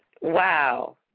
wow